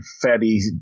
fatty